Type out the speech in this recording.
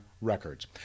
Records